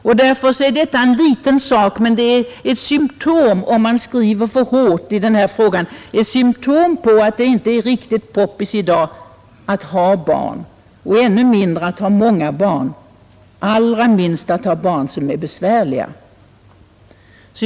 Den här frågan är liten, men om man skriver för hårt i denna fråga är det ett symtom på att det i dag inte är riktigt ”poppis” att ha barn och ännu mindre att ha många barn — allra minst att ha barn som är besvärliga.